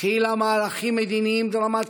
הכילה מהלכים מדיניים דרמטיים.